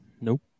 Nope